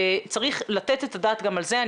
צריך לתת את הדעת גם על זה.